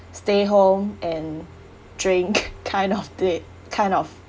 stay home and drink kind of it kind of